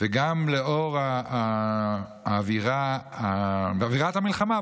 וגם לאור אווירת המלחמה,